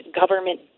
government